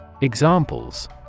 Examples